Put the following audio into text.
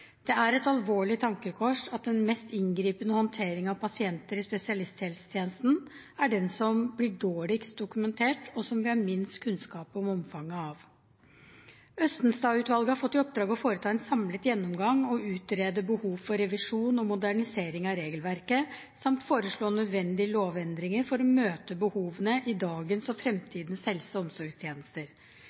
Det er et alvorlig tankekors at den mest inngripende håndteringen av pasienter i spesialisthelsetjenesten er den som blir dårligst dokumentert, og som vi har minst kunnskap om omfanget av. Østenstad-utvalget har fått i oppdrag å foreta en samlet gjennomgang og utrede behovet for revisjon og modernisering av regelverket samt foreslå nødvendige lovendringer for å møte behovene i dagens og fremtidens helse- og omsorgstjenester.